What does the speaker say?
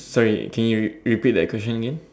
sorry can you repeat that question again